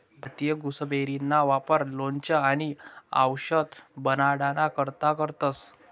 भारतीय गुसबेरीना वापर लोणचं आणि आवषद बनाडाना करता करतंस